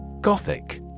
Gothic